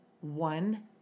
One